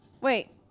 wait